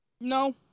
No